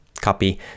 copy